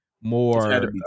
more